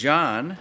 John